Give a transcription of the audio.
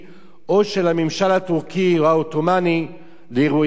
או של הממשל הטורקי או העות'מאני, לאירועים אלה.